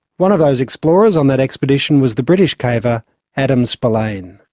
one of those explorers on that expedition was the british caver adam spillane.